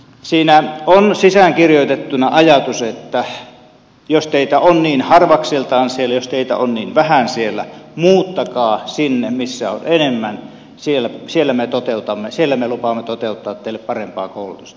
siinä on sisäänkirjoitettuna ajatus että jos teitä on niin harvakseltaan siellä jos teitä on niin vähän siellä muuttakaa sinne missä on enemmän siellä me toteutamme siellä me lupaamme toteuttaa teille parempaa koulutusta